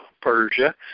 Persia